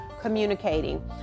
communicating